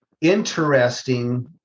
interesting